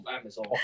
Amazon